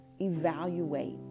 evaluate